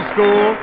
School